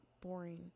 boring